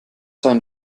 dahin